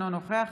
אינו נוכח